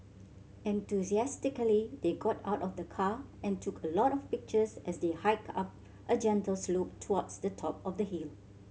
enthusiastically they got out of the car and took a lot of pictures as they hiked up a gentle slope towards the top of the hill